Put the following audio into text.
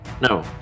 No